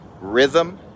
rhythm